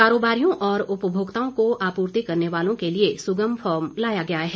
कारोबारियों और उपभोक्ताओं को आपूर्ति करने वालों के लिये सुगम फार्म लाया गया है